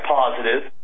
positive